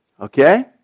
okay